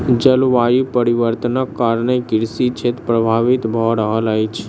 जलवायु परिवर्तनक कारणेँ कृषि क्षेत्र प्रभावित भअ रहल अछि